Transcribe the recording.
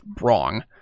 wrong